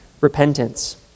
repentance